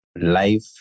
life